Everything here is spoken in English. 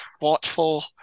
thoughtful